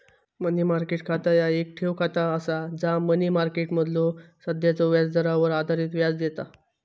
मनी market खाता ह्या येक ठेव खाता असा जा मनी मार्केटमधलो सध्याच्यो व्याजदरावर आधारित व्याज देता